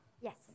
Yes